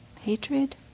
hatred